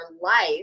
life